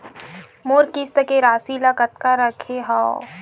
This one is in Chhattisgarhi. मोर किस्त के राशि ल कतका रखे हाव?